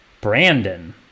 Brandon